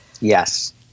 Yes